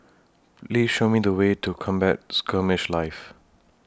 Please Show Me The Way to Combat Skirmish Live